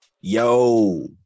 Yo